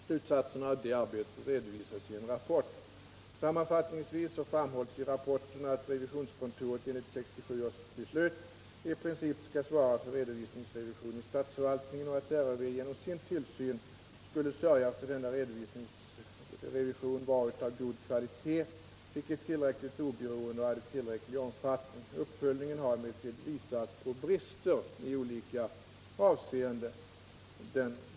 Slutsatserna av detta arbete redovisas i en rapport. Sammanfattningsvis framhålls i rapporten att revisionskontoren enligt 1967 års beslut i princip skulle svara för redovisningsrevision i statsförvaltningen och att RRV genom sin tillsyn skulle sörja för att denna redovisningsrevision var av god kvalitet, fick ett tillräckligt oberoende och hade tillräcklig omfattning. Uppföljningen har emellertid visat på brister i olika avseenden.